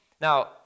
Now